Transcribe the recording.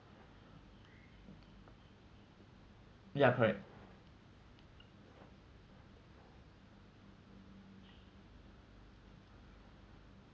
ya correct